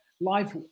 Life